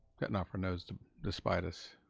cutting off your nose to to spite us,